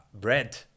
bread